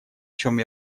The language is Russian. чем